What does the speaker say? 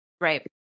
Right